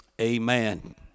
amen